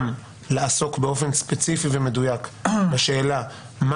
גם לעסוק באופן ספציפי ומדויק בשאלה מה